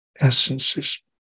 essences